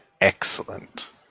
excellent